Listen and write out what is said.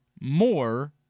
more